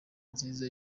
nziza